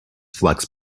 flux